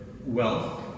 Wealth